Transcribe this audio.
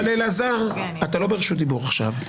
אבל, אלעזר, אתה לא ברשות דיבור עכשיו.